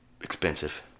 expensive